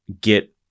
get